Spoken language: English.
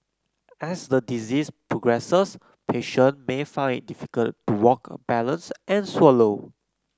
as the disease progresses patient may find it difficult to walk balance and swallow